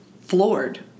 floored